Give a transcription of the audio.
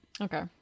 Okay